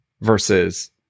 versus